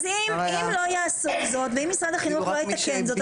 אם לא יעשו זאת ואם משרד החינוך לא יתקן זאת,